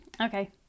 Okay